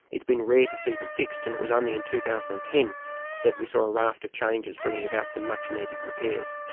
it's been rare to see them fixed, and it was only in two thousand and ten that we saw a raft of changes bringing about some much needed repairs.